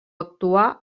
actuar